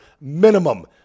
minimum